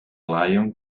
lion